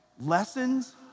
Lessons